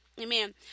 Amen